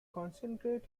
concentrate